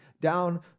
down